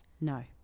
No